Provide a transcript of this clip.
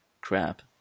crap